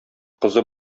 кызы